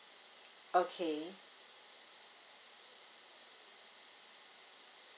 okay